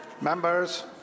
members